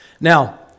Now